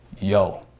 yo